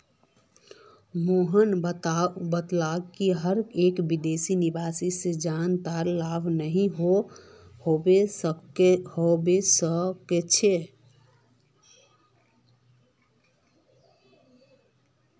मोहन बताले कि हर एक विदेशी निवेश से जनतार लाभ नहीं होवा सक्छे